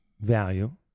value